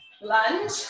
lunge